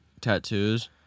tattoos